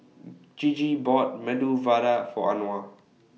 Gigi bought Medu Vada For Anwar